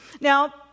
Now